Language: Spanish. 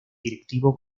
directivo